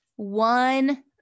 One